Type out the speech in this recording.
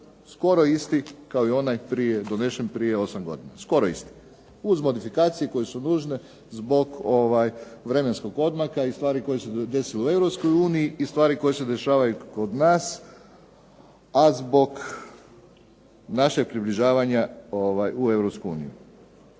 skoro isti kao i onaj donesen prije osam godina. Skoro isti, uz modifikacije koje su nužne zbog vremenskog odmaka i stvari koje su se desile u Europskoj uniji i stvari koje se dešavaju kod nas, a zbog našeg približavanja u